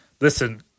Listen